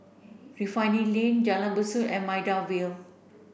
Refinery Lane Jalan Besut and Maida Vale